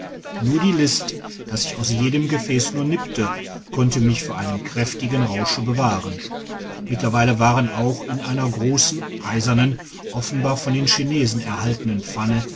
nur die list dass ich aus jedem gefäss nur nippte konnte mich vor einem kräftigen rausche bewahren mittlerweile waren auch in einer grossen eisernen offenbar von den chinesen erhaltenen pfanne